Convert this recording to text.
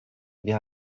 wir